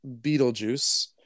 Beetlejuice